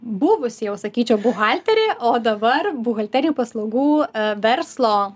buvusi jau sakyčiau buhalterė o dabar buhalterinių paslaugų verslo